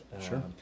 Sure